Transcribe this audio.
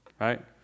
right